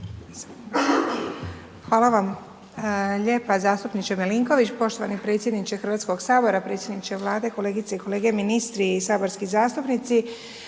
Hvala vam